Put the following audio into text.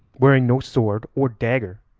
wearing no sword or dagger,